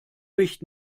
mich